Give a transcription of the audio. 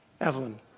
Evelyn